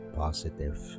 positive